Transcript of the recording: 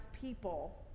people